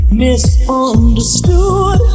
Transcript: Misunderstood